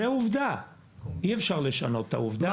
זו עובדה ואי אפשר לשנות את העובדה הזאת.